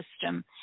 system